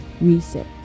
Reset